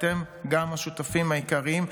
גם אתם השותפים העיקריים,